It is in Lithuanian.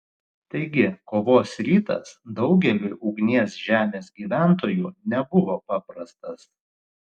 taigi kovos rytas daugeliui ugnies žemės gyventojų nebuvo paprastas